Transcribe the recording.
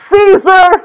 Caesar